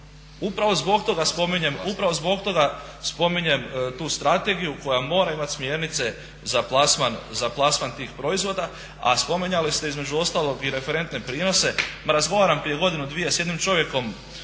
Upravo zbog toga spominjem tu strategiju koja mora imati smjernice za plasman tih proizvoda. A spominjali ste između ostalog i referentne prinose. Ma razgovaram prije godinu, dvije, s jednim čovjekom